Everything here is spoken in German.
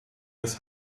des